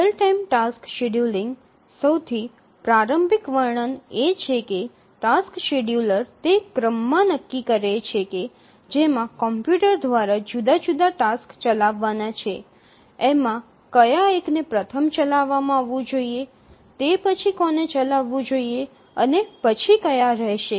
real time tasks scheduling સૌથી પ્રારંભિક વર્ણન એ છે કે ટાસક્સ શેડ્યૂલર તે ક્રમમાં નક્કી કરે છે કે જેમાં કોમ્પ્યુટર દ્વારા જુદા જુદા ટાસક્સ ચલાવવાના છે એમાં કયા એકને પ્રથમ ચલાવવામાં આવવું જોઈએ તે પછી કોને ચલાવવું જોઈએ અને પછી કયા રહેશે